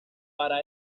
para